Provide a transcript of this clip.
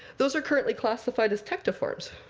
those are currently classified as tectiforms.